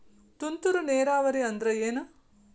ತುಂತುರು ನೇರಾವರಿ ಅಂದ್ರ ಏನ್?